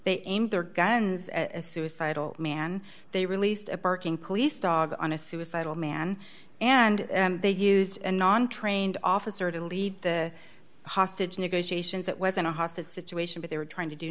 they aimed their guns at a suicidal man they released a parking police dog on a suicidal man and they used a non trained officer to lead the hostage negotiations that wasn't a hostage situation but they were trying to do